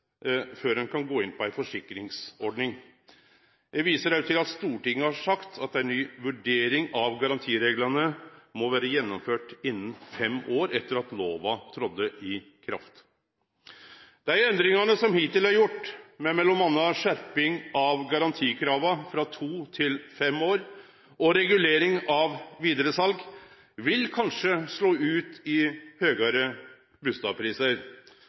før ein kan gå inn på ei forsikringsordning. Eg viser også til at Stortinget har sagt at ei ny vurdering av garantireglane må vere gjennomført innan fem år etter at lova trådde i kraft. Dei endringane som hittil er gjort, med m.a. skjerping av garantikrava frå to til fem år og regulering av vidaresal, vil kanskje slå ut i høgare